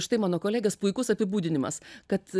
štai mano kolegės puikus apibūdinimas kad